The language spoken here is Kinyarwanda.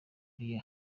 niger